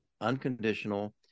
unconditional